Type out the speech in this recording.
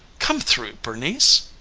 come through, bernice,